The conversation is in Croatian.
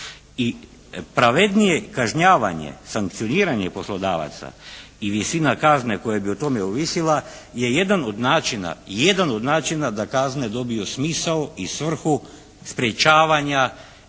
I pravednije kažnjavanje, sankcioniranje poslodavaca i visina kazne koja bi o tome ovisila je jedan od načina da kazne dobiju smisao i svrhu sprječavanja,